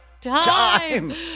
Time